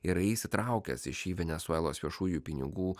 yra įsitraukęs į šį venesuelos viešųjų pinigų